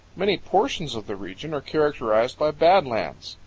many portions of the region are characterized by bad lands.